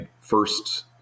first